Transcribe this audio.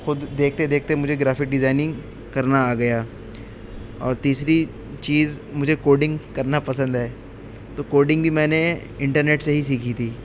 خود دیکھتے دیکھتے مجھے گرافک ڈیزائننگ کرنا آ گیا اور تیسری چیز مجھے کوڈنگ کرنا پسند ہے تو کوڈنگ بھی میں نے انٹرنیٹ سے ہی سیکھی تھی